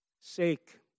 sake